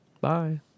Bye